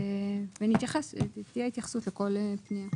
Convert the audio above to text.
תהיה התייחסות לכל פנייה.